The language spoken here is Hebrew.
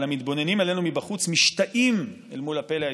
אבל המתבוננים עלינו מבחוץ משתאים אל מול הפלא הישראלי.